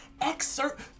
excerpt